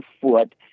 foot